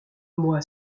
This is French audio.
moi